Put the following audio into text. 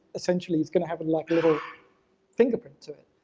essentially, it's gonna have, and like, a little fingerprint to it.